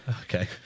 Okay